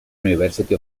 university